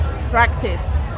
practice